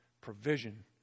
Provision